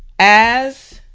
as